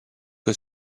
que